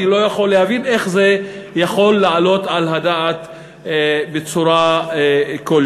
אני לא יכול להבין איך זה יכול לעלות על הדעת בצורה כלשהי.